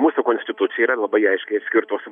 mūsų konstitucija yra labai aiškiai atskirtos